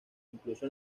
incluso